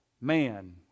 Man